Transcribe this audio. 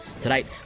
Tonight